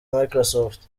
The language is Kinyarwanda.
microsoft